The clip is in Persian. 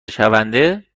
شونده